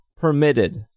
permitted